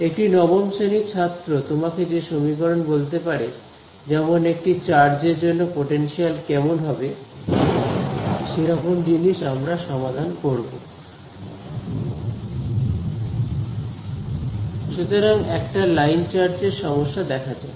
একটি নবম শ্রেণীর ছাত্র তোমাকে যে সমীকরণ বলতে পারে যেমন একটি চার্জ এর জন্য পোটেনশিয়াল কেমন হবে সে রকম জিনিস আমরা সমাধান করব সুতরাং একটা লাইন চার্জ এর সমস্যা দেখা যাক